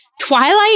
Twilight